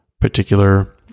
particular